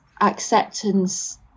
acceptance